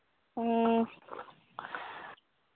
ꯎꯝ